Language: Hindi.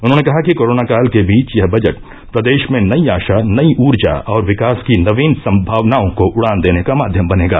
उन्होंने कहा कि कोरोना काल के बीच यह बजट प्रदेश में नई आशा नई ऊर्जा और विकास की नवीन संभावनाओं को उड़ान देने का माध्यम बनेगा